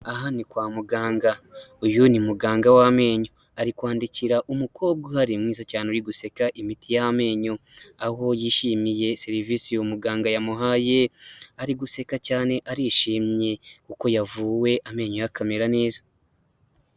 Aha ni kwa muganga uyu ni muganga w'amenyo ari kwandikira umukobwa uhari mwiza cyane uri guseka imiti y'amenyo, aho yishimiye serivisi uyu muganga yamuhaye ari guseka cyane arishimye kuko yavuwe amenyo ye akamera neza.